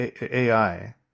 AI